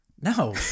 No